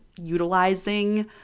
utilizing